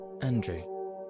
Andrew